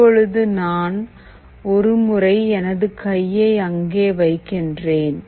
இப்போது நான் ஒரு முறை எனது கையை அங்கே வைக்கின்றேன்